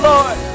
Lord